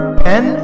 pen